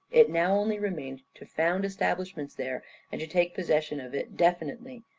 it now only remained to found establishments there and to take possession of it definitely,